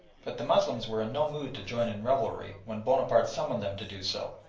but the moslems were in no mood to join in revelry when bonaparte summoned them to do so,